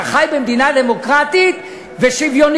אתה חי במדינה דמוקרטית ושוויונית,